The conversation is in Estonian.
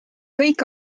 kõik